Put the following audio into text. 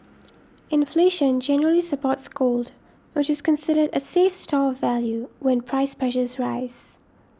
inflation generally supports gold which is considered a safe store of value when price pressures rise